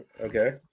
Okay